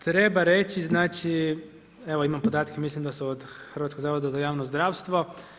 Treba reći, evo imam podatke, mislim da su od Hrvatskog zavoda za javno zdravstvo.